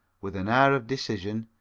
with an air of decision,